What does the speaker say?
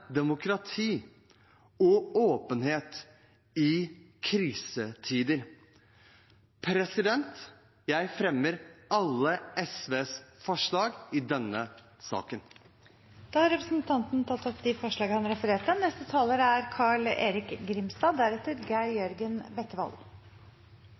demokrati og åpenhet i krisetider. Jeg fremmer alle SVs forslag i denne saken. Da har representanten Nicholas Wilkinson tatt opp de forslagene han refererte til. Det er